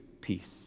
peace